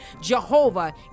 Jehovah